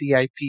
CIP